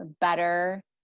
better